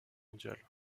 mondiale